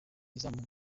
izamu